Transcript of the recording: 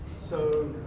so,